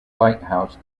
lighthouse